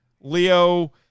leo